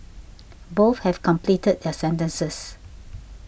both have completed their sentences